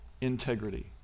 integrity